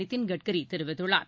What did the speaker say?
நிதின் கட்கரி தெரிவித்துள்ளார்